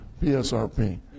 P-S-R-P